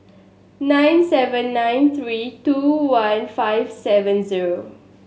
nine seven nine three two one five seven zero